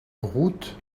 route